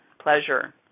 pleasure